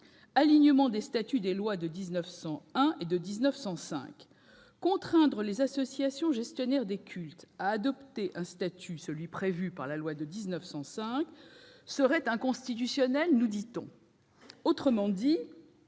l'alignement des statuts des lois de 1901 et de 1905. Contraindre les associations gestionnaires de cultes à adopter un statut, celui prévu par la loi de 1905, serait inconstitutionnel, nous dit-on. Autrement dit,